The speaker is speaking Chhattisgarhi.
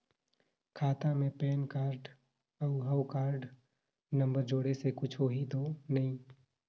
खाता मे पैन कारड और हव कारड नंबर जोड़े से कुछ होही तो नइ?